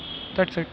that's it